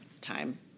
time